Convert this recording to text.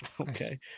Okay